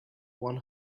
one